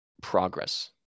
progress